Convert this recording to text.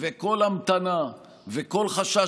וכל המתנה וכל חשש,